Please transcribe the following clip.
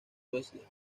suecia